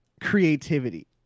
creativity